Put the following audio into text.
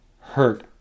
hurt